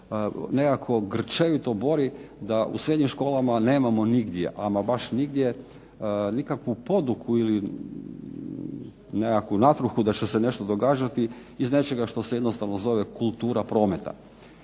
nekako grčevito bori da u srednjim školama nemamo nigdje, ama baš nigdje nikakvu poduku ili nekakvu natruhu da će se nešto događati iz nečega što se jednostavno zove kultura prometa.